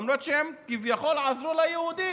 למרות שהם כביכול עזרו ליהודים,